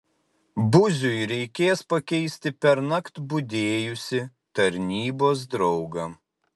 buziui reikės pakeisti pernakt budėjusį tarnybos draugą